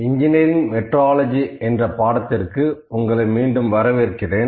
engineering metrology என்ற பாடத்திற்கு உங்களை மீண்டும் வரவேற்கிறேன்